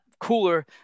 Cooler